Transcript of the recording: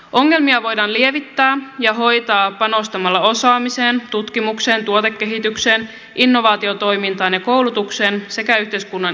ongelmia voidaan lievittää ja hoitaa panostamalla osaamiseen tutkimukseen tuotekehitykseen innovaatiotoimintaan ja koulutukseen sekä yhteiskunnan infrastruktuuriin